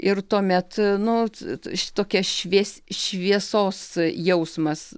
ir tuomet nu šitokia švies šviesos jausmas